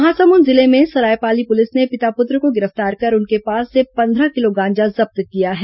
महासमुंद जिले में सरायपाली पुलिस ने पिता पुत्र को गिरफ्तार कर उनके पास से पंद्रह किलो गांजा जब्त किया है